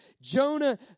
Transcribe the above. Jonah